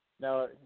Now